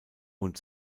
und